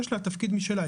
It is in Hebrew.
יש לה תפקיד משלה,